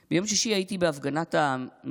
בתל אביב, ביום שישי הייתי בהפגנת המילואימניקים